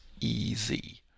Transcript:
easy